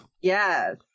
yes